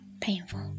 painful